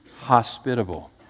hospitable